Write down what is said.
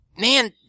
man